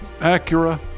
Acura